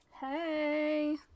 hey